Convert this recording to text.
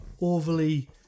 overly